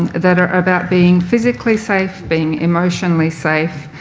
that are about being physically safe, being emotionally safe,